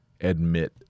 admit